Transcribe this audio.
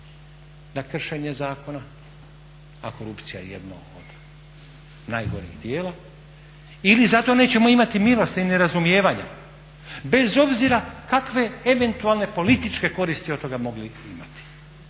na kršenje zakona a korupcija jedno od najgorih djela, ili zato nećemo imati milosti ni razumijevanja bez obzira kakve eventualne političke koristi od toga mogli imati?